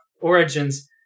origins